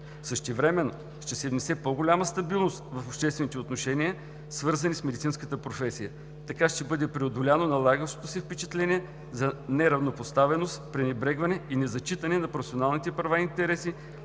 Същевременно ще се внесе по-голяма стабилност в обществените отношения, свързани с медицинската професия. Така ще бъде преодоляно налагащото се впечатление за неравнопоставеност, пренебрегване и незачитане на професионалните права и интереси